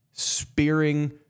spearing